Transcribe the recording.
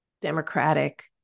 Democratic